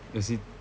as in